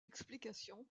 explication